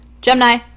Gemini